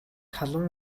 халуун